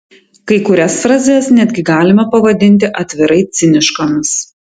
kai kurias frazes netgi galima pavadinti atvirai ciniškomis